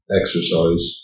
exercise